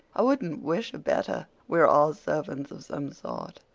i wouldn't wish a better. we are all servants of some sort,